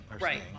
Right